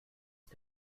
ist